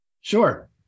sure